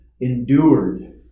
endured